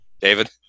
David